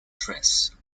dress